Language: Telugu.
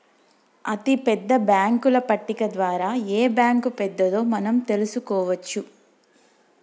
అతిపెద్ద బ్యేంకుల పట్టిక ద్వారా ఏ బ్యాంక్ పెద్దదో మనం తెలుసుకోవచ్చు